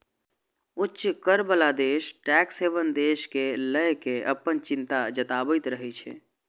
उच्च कर बला देश टैक्स हेवन देश कें लए कें अपन चिंता जताबैत रहै छै